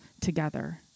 together